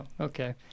okay